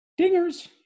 Dingers